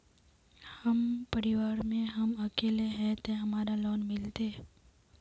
हम परिवार में हम अकेले है ते हमरा लोन मिलते?